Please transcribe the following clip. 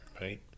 right